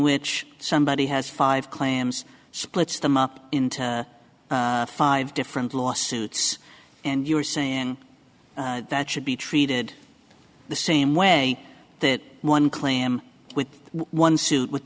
which somebody has five claims splits them up into five different lawsuits and you're saying that should be treated the same way that one claim with one suit with